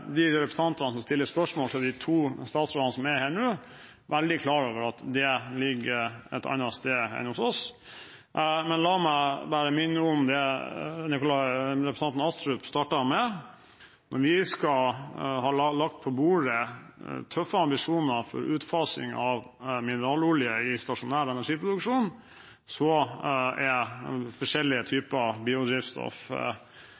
de to statsrådene som er her nå, olje- og energiministeren og klima- og miljøvernministeren, er veldig klar over at det ansvarsområdet ligger et annet sted enn hos oss, men la meg bare minne om det som representanten Astrup startet med. Vi har lagt på bordet tøffe ambisjoner for utfasing av mineralolje i stasjonær energiproduksjon. Forskjellige typer biodrivstoff er